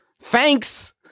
Thanks